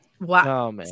wow